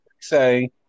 say